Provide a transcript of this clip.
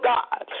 God